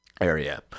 area